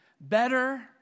better